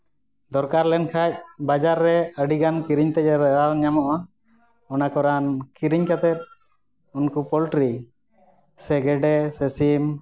ᱫᱚᱨᱠᱟᱨ ᱞᱮᱱ ᱠᱷᱟᱡ ᱵᱟᱡᱟᱨ ᱨᱮ ᱟᱹᱰᱤ ᱜᱟᱱ ᱠᱤᱨᱤᱧ ᱛᱮᱜᱮ ᱨᱟᱱ ᱧᱟᱢᱚᱜᱼᱟ ᱚᱱᱟ ᱠᱚ ᱨᱟᱱ ᱠᱤᱨᱤᱧ ᱠᱟᱛᱮ ᱩᱱᱠᱩ ᱯᱳᱞᱴᱨᱤ ᱥᱮ ᱜᱮᱰᱮ ᱥᱮ ᱥᱤᱢ